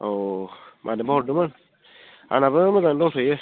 औ औ मानोबा हरदोंमोन आंनाबो मोजांआनो दंथ'यो